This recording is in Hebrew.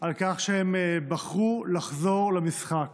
על כך שהם בחרו לחזור למשחק,